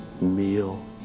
meal